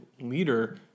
leader